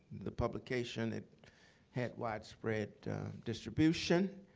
the publication had widespread distribution.